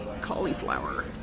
cauliflower